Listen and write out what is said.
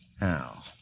Now